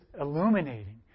illuminating